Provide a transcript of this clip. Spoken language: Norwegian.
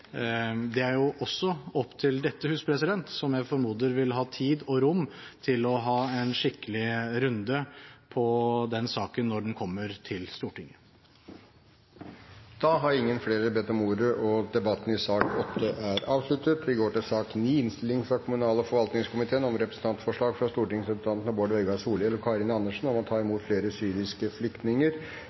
Det er også opp til dette hus, som jeg formoder vil ha tid og rom til å ha en skikkelig runde på denne saken når den kommer til Stortinget. Flere har ikke bedt om ordet til sak nr. 8. Etter ønske fra kommunal- og forvaltningskomiteen vil presidenten foreslå at taletiden blir begrenset til 5 minutter til hver gruppe og